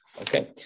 Okay